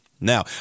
Now